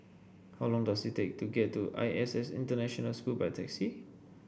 how long does it take to get to I S S International School by taxi